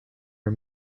are